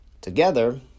Together